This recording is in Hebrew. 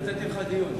נתתי לך דיון לוועדה.